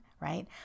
right